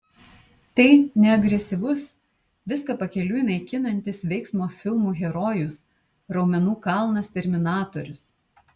tai ne agresyvus viską pakeliui naikinantis veiksmo filmų herojus raumenų kalnas terminatorius